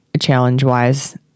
challenge-wise